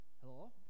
Hello